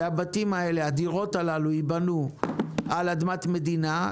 שהדירות הללו ייבנו על אדמת מדינה,